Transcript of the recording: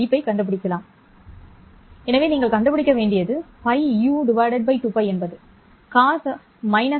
எனவே நீங்கள் கண்டுபிடிக்க வேண்டியது πu 2Vπ என்பது cos 1